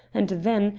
and then,